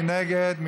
מי נגד?